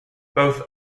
both